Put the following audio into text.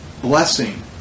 blessing